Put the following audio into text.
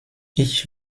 ich